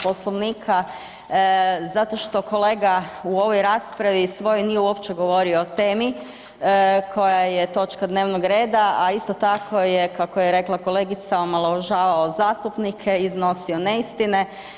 Poslovnika zato što kolega u ovoj raspravi svojoj nije uopće govorio o temi koja je točka dnevnog reda a isto tako je kako je rekla kolegica, omalovažavao zastupnike i iznosio neistine.